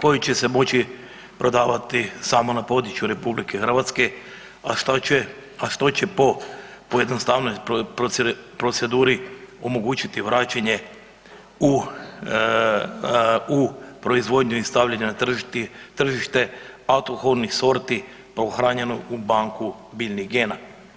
koji će se moći prodavati samo na području RH a što će pojednostavniti proceduru, omogućiti vraćanje u proizvodnju i stavljanja na tržište autohtonih sorti pohranjeno u banku biljnih gena.